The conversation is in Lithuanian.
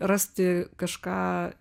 rasti kažką